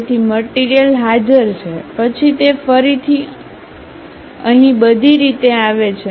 તેથી મટીરીયલ હાજર છે પછી તે ફરીથી અહીં બધી રીતે આવે છે